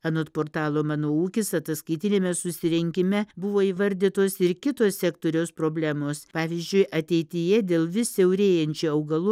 anot portalo mano ūkis ataskaitiniame susirinkime buvo įvardytos ir kitos sektoriaus problemos pavyzdžiui ateityje dėl vis siaurėjančio augalų